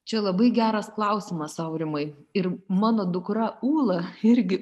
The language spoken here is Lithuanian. čia labai geras klausimas aurimai ir mano dukra ūla irgi